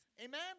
Amen